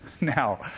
Now